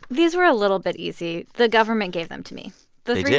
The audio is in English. these were a little bit easy. the government gave them to me they did